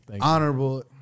Honorable